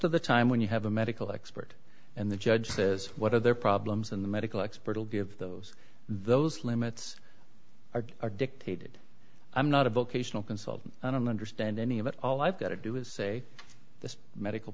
of the time when you have a medical expert and the judge says what are their problems in the medical expert will give those those limits are dictated i'm not a bookcase no consultant i don't understand any of it all i've got to do is say the medical